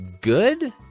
good